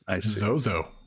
Zozo